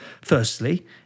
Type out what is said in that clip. Firstly